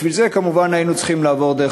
בשביל זה כמובן היינו צריכים לעבור דרך